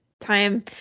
time